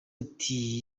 ati